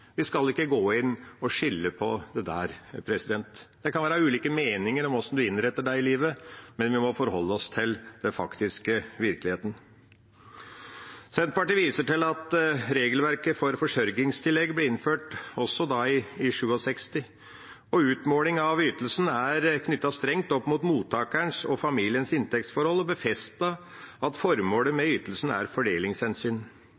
Vi skal ikke gå inn og skille på dette. Det kan være ulike meninger om hvordan en innretter seg i livet, men vi må forholde oss til den faktiske virkeligheten. Senterpartiet viser til at regelverket for forsørgingstillegg ble innført i 1967. Utmåling av ytelsen ble knyttet strengt opp mot mottakerens og familiens inntektsforhold og befestet at formålet